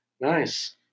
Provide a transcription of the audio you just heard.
nice